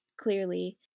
clearly